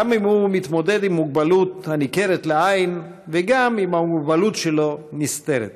גם אם הוא מתמודד עם מוגבלות הניכרת לעין וגם אם המוגבלות שלו נסתרת.